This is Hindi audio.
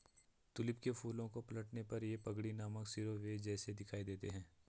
ट्यूलिप के फूलों को पलटने पर ये पगड़ी नामक शिरोवेश जैसे दिखाई देते हैं